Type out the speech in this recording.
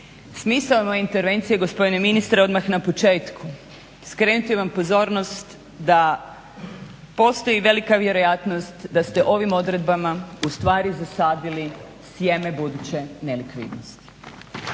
Smisao moje intervencije, gospodine ministre, odmah na početku je skrenuti vam pozornost da postoji velika vjerojatnost da ste ovim odredbama ustvari zasadili sjeme buduće nelikvidnosti.